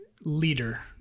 leader